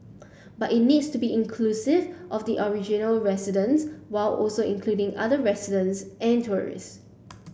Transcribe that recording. but it needs to be inclusive of the original residents while also including other residents and tourists